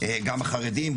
גם החרדים,